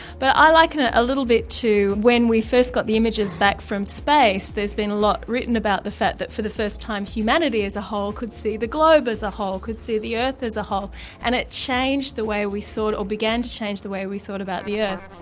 but i liken it a a little bit to when we got the images back from space, there's been a lot written about the fact that for the first time humanity as a whole could see the globe as a whole, could see the earth as a whole and it changed the way we thought, or began to change the way we thought about the earth.